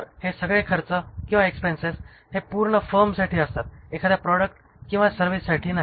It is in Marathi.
तर हे सगळे खर्च हे पूर्ण फर्म साठी असतात एखाद्या प्रॉडक्ट किंवा सर्विससाठी नाही